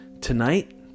Tonight